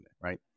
right